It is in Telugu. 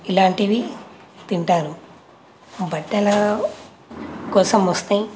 ఇలాంటివి తింటారు బట్టల కోసం వస్తే